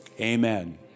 Amen